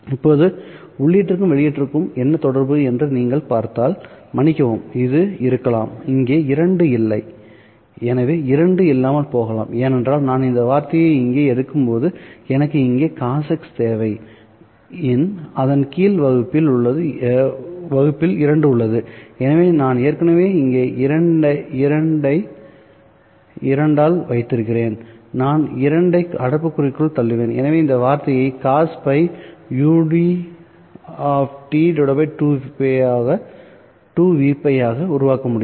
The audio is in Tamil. இப்போது உள்ளீடுக்கும் வெளியீட்டிற்கும் என்ன தொடர்பு என்று நீங்கள் பார்த்தால் மன்னிக்கவும் இது இருக்கலாம்இங்கே 2 இல்லை எனவே 2 இல்லாமல் போகலாம் ஏனென்றால் நான் இந்த வார்த்தையை இங்கே எடுக்கும்போது எனக்கு இங்கே Cos x தேவை இன் அதன் கீழ் வகுப்பில் 2 உள்ளது எனவே நான் ஏற்கனவே இங்கே 2 ஐன் 2 இல் வைத்திருக்கிறேன் நான் 2 ஐ அடைப்புக்குறிக்குள் தள்ளுவேன் எனவே இந்த வார்த்தையை cos πud 2Vπ ஆக உருவாக்க முடியும்